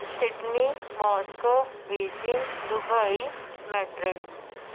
Sydney Moscow Beijing Dubai Madrid